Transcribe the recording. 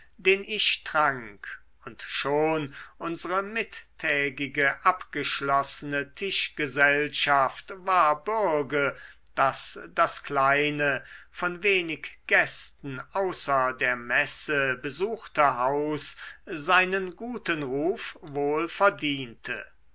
den ich trank und schon unsere mittägige abgeschlossene tischgesellschaft war bürge daß das kleine von wenig gästen außer der messe besuchte haus seinen guten ruf